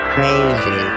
Crazy